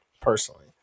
personally